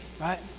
right